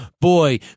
Boy